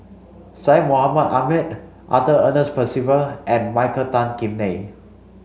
Syed Mohamed Ahmed Arthur Ernest Percival and Michael Tan Kim Nei